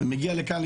ומגיע לכאן,